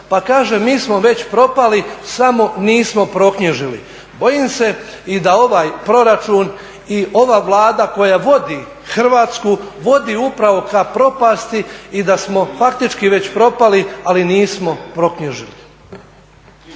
Pa kaže, mi smo već propali, samo nismo proknjižili. Bojim se i da ovaj proračun i ova Vlada koja vodi Hrvatsku vodi upravo ka propasti i da smo faktički već propali, ali nismo proknjižili.